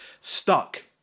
stuck